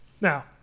Now